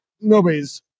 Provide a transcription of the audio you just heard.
Nobody's